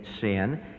sin